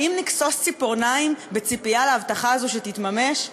האם נכסוס ציפורניים בציפייה להבטחה הזו שתתממש?